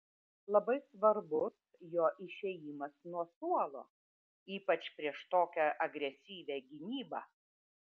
labai svarbus jo išėjimas nuo suolo ypač prieš tokią agresyvią gynybą